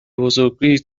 بزرگیت